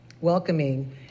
Welcoming